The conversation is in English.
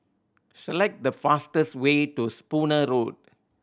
select the fastest way to Spooner Road